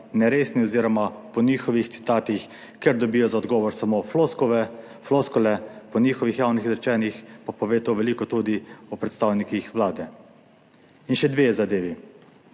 neresni oz. po njihovih citatih, ker dobijo za odgovor samo floskule, po njihovih javnih izrečenih pa pove to veliko tudi o predstavnikih Vlade. In še dve zadevi.